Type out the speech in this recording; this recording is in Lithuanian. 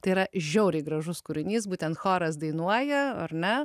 tai yra žiauriai gražus kūrinys būtent choras dainuoja ar ne